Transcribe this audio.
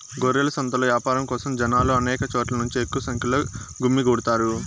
గొర్రెల సంతలో యాపారం కోసం జనాలు అనేక చోట్ల నుంచి ఎక్కువ సంఖ్యలో గుమ్మికూడతారు